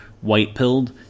white-pilled